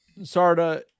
sarda